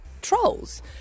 trolls